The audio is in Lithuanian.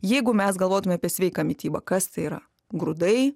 jeigu mes galvotume apie sveiką mitybą kas tai yra grūdai